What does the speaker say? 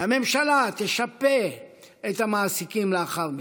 והממשלה תשפה את המעסיקים לאחר מכן.